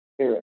spirit